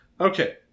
Okay